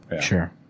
sure